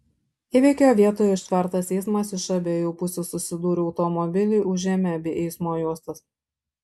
įvykio vietoje užtvertas eismas iš abiejų pusių susidūrė automobiliai užėmė abi eismo juostas